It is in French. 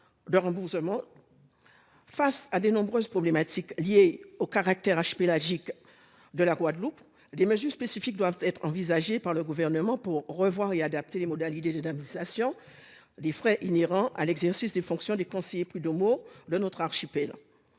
Face aux nombreux problèmes liés au caractère archipélagique de la Guadeloupe, des mesures spécifiques doivent être envisagées par le Gouvernement pour revoir et adapter les modalités d'indemnisation des frais inhérents à l'exercice des fonctions des conseillers prud'homaux de notre archipel.